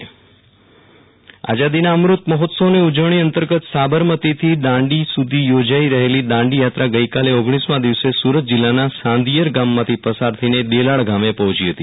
વીરલ રાણા દાંડીયાત્રા આઝાદીના અમૃત મહોત્સવની ઉજવણી અંતર્ગત સાબરમતીથી દાંડી સુધી યોજાઈ રહેતી દાંડીયાત્રા ગઈકાલે ઓગણીસમાં દિવસે સુરત જિલ્લાના સાંધિયેર ગામમાંથી પસાર થઈને દેલાડ ગામે પહોંચી હતી